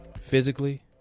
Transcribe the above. physically